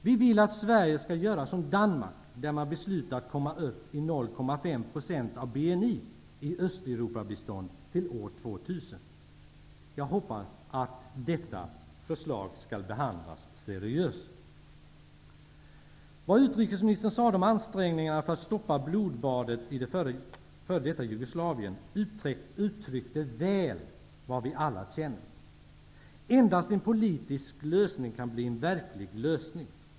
Vi vill att Sverige skall göra som Danmark, där man har beslutat att komma upp i 0,5 % av BNI i Östeuropabistånd till år 2000. Jag hoppas att våra förslag skall behandlas seriöst. Vad utrikesministern sade om ansträngningarna för att stoppa blodbadet i f.d. Jugoslavien uttryckte väl vad vi alla känner. Endast en politisk lösning kan bli en verklig lösning.